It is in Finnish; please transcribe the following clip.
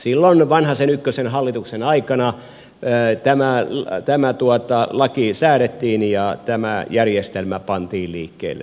silloin vanhasen ykköshallituksen aikana tämä laki säädettiin ja tämä järjestelmä pantiin liikkeelle